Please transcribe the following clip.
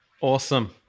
Awesome